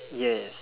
yes